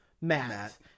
Matt –